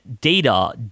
data